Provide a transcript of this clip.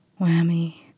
Whammy